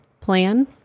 plan